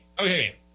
Okay